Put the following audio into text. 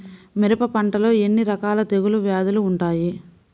మిరప పంటలో ఎన్ని రకాల తెగులు వ్యాధులు వుంటాయి?